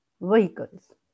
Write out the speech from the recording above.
vehicles